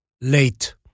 late